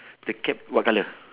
the cap what colour